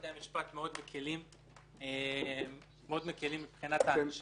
בתי המשפט מאוד מקילים מבחינת הענישה.